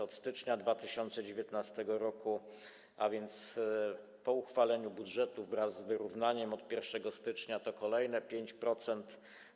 Od stycznia 2019 r., a więc po uchwaleniu budżetu wraz z wyrównaniem od 1 stycznia, to kolejne 5%.